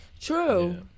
True